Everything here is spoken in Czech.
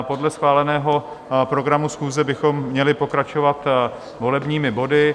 Podle schváleného programu schůze bychom měli pokračovat volebními body.